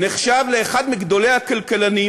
נחשב לאחד מגדולי הכלכלנים,